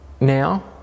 now